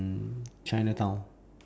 mm chinatown